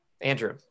Andrew